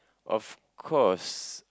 of course